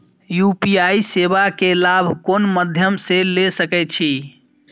UPI सेवा के लाभ कोन मध्यम से ले सके छी?